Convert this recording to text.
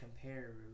compare